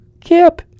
Kip